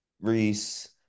Reese